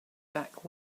back